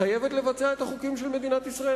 חייבת לבצע את החוקים של מדינת ישראל,